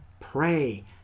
pray